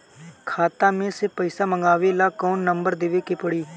खाता मे से पईसा मँगवावे ला कौन नंबर देवे के पड़ी?